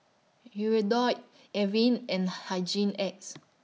Avene and Hygin X